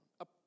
up